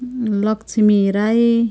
Lakshmi Rai